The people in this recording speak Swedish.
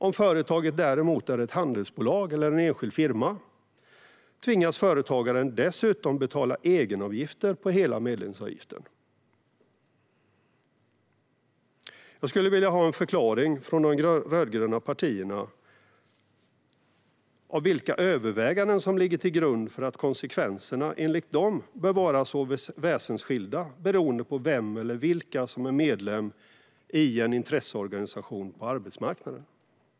Om företaget däremot är ett handelsbolag eller en enskild firma tvingas företagaren att dessutom betala egenavgifter på hela medlemsavgiften. Jag skulle vilja ha en förklaring från de rödgröna partierna. Vilka överväganden ligger till grund för att konsekvenserna, enligt dem, bör vara så väsensskilda beroende på vem eller vilka som är medlemmar i en intresseorganisation på arbetsmarknaden?